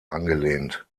angelehnt